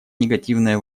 негативное